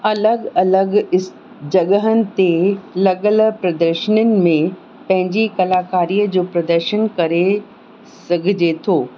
अलॻि अलॻि इस जॻहनि ते लॻियलु प्रदर्शिनियुनि में पंहिंजी कलाकारीअ जो प्रदर्शन करे सघिजे थो